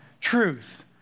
truth